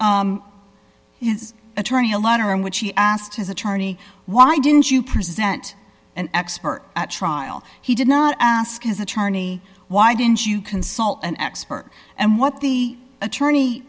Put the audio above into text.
his attorney a letter in which he asked his attorney why didn't you present an expert at trial he did not ask his attorney why didn't you consult an expert and what the attorney